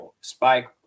spike